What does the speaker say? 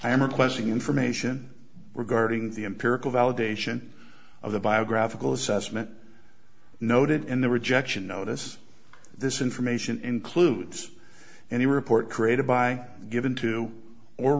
i am requesting information regarding the empirical validation of the biographical assessment noted in the rejection notice this information includes any report created by given to or